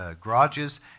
garages